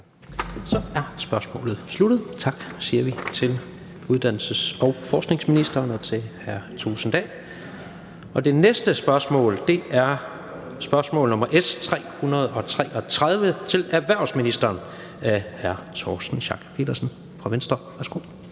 Så er spørgsmålet sluttet. Vi siger tak til uddannelses- og forskningsministeren og til hr. Jens Henrik Thulesen Dahl. Det næste spørgsmål er spørgsmål nr. S 333 til erhvervsministeren af hr. Torsten Schack Pedersen fra Venstre. Kl.